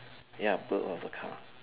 ya boot of the car